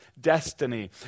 destiny